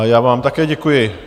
Já vám také děkuji.